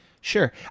Sure